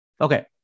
okay